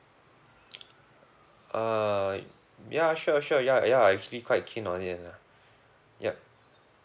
uh ya sure sure ya ya I actually quite keen on it lah yup